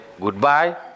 goodbye